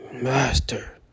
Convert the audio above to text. Master